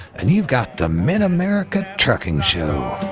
and you've got the mid america trucking show.